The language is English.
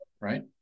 right